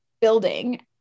building